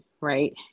right